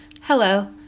hello